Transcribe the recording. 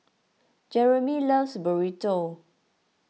Jeramie loves Burrito